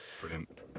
brilliant